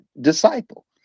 disciple